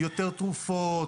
יותר תרופות,